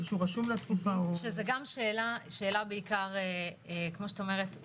זו גם שאלה אולי אתית.